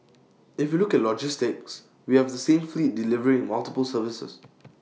if you look at logistics we have the same fleet delivering multiple services